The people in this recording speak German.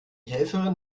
helferin